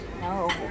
no